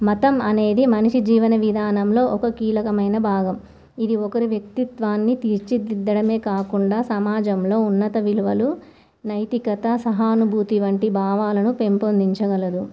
మతం అనేది మనిషి జీవన విధానంలో ఒక కీలకమైన భాగం ఇది ఒకరి వ్యక్తిత్వాన్ని తీర్చిదిద్దడమే కాకుండా సమాజంలో ఉన్నత విలువలు నైతికత సహానుభూతి వంటి భావాలను పెంపొందించగలదు